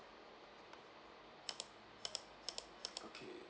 okay